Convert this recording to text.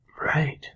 right